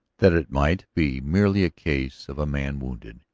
that it might be merely a case of a man wounded,